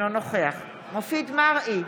אינו נוכח מופיד מרעי,